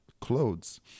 clothes